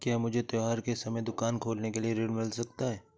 क्या मुझे त्योहार के समय दुकान खोलने के लिए ऋण मिल सकता है?